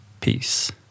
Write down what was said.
Peace